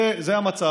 זה המצב.